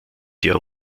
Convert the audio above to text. der